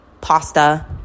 pasta